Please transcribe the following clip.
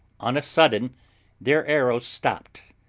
on a sudden their arrows stopped,